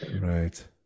Right